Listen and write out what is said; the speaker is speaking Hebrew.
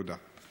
תודה.